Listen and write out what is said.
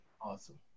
awesome